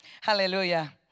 Hallelujah